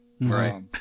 Right